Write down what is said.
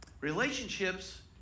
relationships